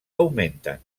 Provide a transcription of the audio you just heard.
augmenten